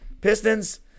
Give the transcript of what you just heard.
Pistons